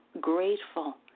grateful